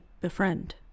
befriend